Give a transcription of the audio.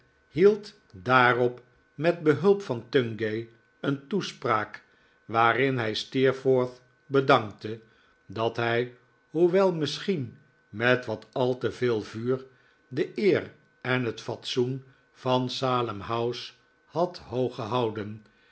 hield daarop met behulp van tungay een toespraak waarin hij steerforth bedankte dat hij hoewel misschien met wat al te veel vuur de eer en het fatsoen van salem house had